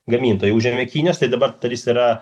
gamintojai užėmė kinijos tai dabar dar jis yra